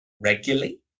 regularly